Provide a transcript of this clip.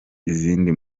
izindi